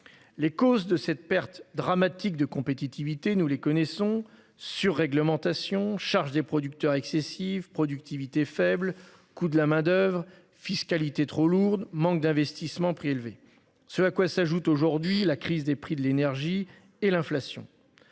Les causes de cette perte dramatique de compétitivité, nous les connaissons. Surréglementation, charge des producteurs excessive productivité faible coût de la main-d'oeuvre fiscalité trop lourde, manque d'investissement. Ce à quoi s'ajoute aujourd'hui la crise des prix de l'énergie et l'inflation.